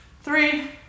three